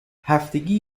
هفتگی